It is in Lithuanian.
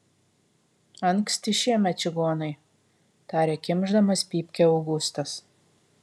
anksti šiemet čigonai tarė kimšdamas pypkę augustas